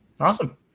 Awesome